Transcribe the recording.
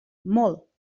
molt